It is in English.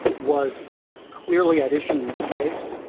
was clearly at issue in this case.